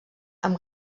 amb